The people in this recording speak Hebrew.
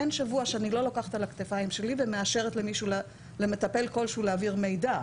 אין שבוע שאני לא לוקחת על הכתפיים שלי ומאשרת למטפל כלשהו להעביר מידע.